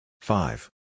Five